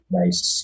nice